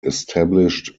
established